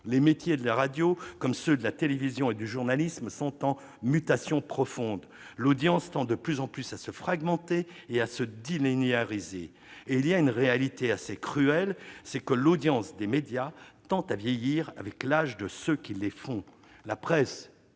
Les métiers de la radio, comme ceux de la télévision et du journalisme, sont en mutation profonde. L'audience tend de plus en plus à se fragmenter et à se délinéariser. Il y a une réalité assez cruelle, c'est que l'audience des médias tend à vieillir avec l'âge de ceux qui les font. La presse